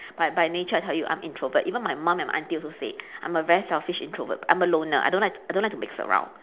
but by nature I tell you I'm introvert even my mum and my aunty also say I'm a very selfish introvert I'm a loner I don't like I don't like to mix around